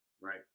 right